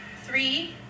three